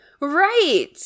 Right